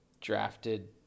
drafted